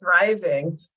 thriving